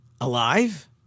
alive